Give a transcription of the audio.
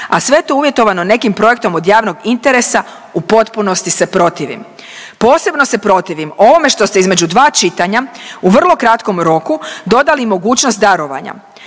a sve je to uvjetovano nekim projektom od javnog interesa u potpunosti se protivim. Posebno se protivim ovome što ste između dva čitanja u vrlo kratkom roku dodali mogućnost darovanja.